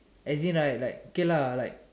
as in like like okay lah like